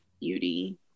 beauty